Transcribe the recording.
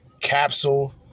Capsule